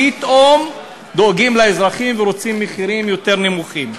פתאום דואגים לאזרחים ורוצים מחירים יותר נמוכים.